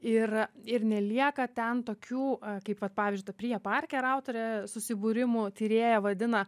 ir ir nelieka ten tokių kaip vat pavyzdžiui prija parker autorė susibūrimų tyrėja vadina